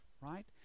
right